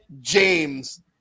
James